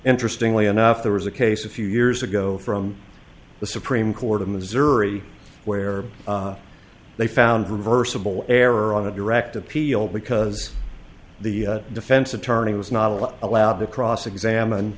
interestingly enough there was a case a few years ago from the supreme court of missouri where they found reversible error on a direct appeal because the defense attorney was not allowed a lab to cross examine